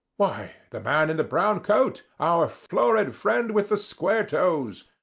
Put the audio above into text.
why, the man in the brown coat our florid friend with the square toes.